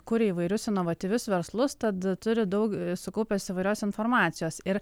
kuria įvairius inovatyvius verslus tad turi daug sukaupęs įvairios informacijos ir